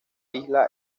isla